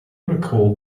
recalled